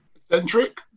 Centric